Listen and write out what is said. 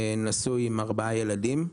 נשוי ועם ארבעה ילדים.